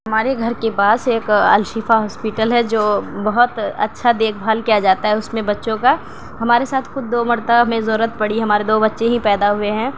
ہمارے گھر کے پاس ایک الشفا ہاسپیٹل ہے جو بہت اچّھا دیکھ بھال کیا جاتا ہے اس میں بچّوں کا ہمارے ساتھ خود دو مرتبہ ہمیں ضرورت پڑی ہمارے دو بچّے ہی پیدا ہوئے ہیں